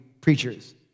preachers